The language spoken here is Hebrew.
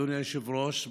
אדוני היושב-ראש,